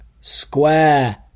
Square